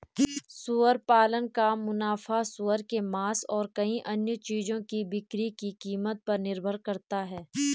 सुअर पालन का मुनाफा सूअर के मांस और कई अन्य चीजों की बिक्री की कीमत पर निर्भर करता है